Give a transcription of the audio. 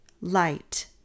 light